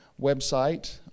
website